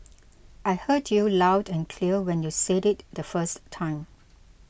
I heard you loud and clear when you said it the first time